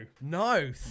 no